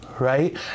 right